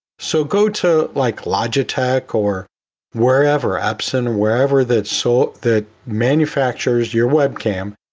so go to like logitech or wherever. epson? wherever that so that manufactures your webcam,